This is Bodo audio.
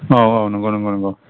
औ औ नंगौ नंगौ